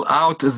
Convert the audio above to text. out